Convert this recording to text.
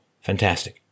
Fantastic